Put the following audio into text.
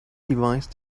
device